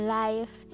life